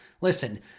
Listen